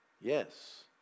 Yes